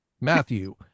matthew